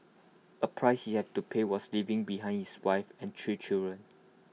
A price he have to pay was leaving behind his wife and three children